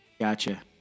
Gotcha